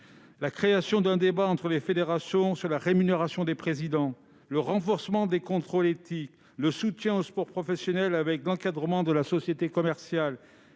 la création d'un débat entre les fédérations sur la rémunération des présidents, au renforcement des contrôles éthiques, au soutien au sport professionnel l'encadrement des sociétés commerciales,